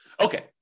Okay